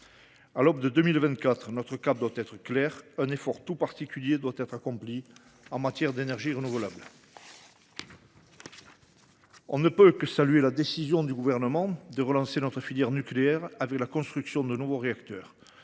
profile déjà, notre cap doit être clair. Un effort tout particulier doit être accompli en faveur des énergies renouvelables. On ne peut que saluer la décision du Gouvernement de relancer notre filière nucléaire et la construction de nouveaux réacteurs.